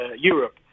Europe